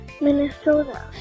Minnesota